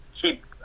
keep